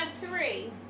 three